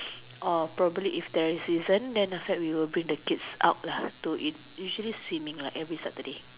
or probably if there's isn't then after that we'll bring the kids out lah to eat usually swimming lah every Saturday